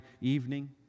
evening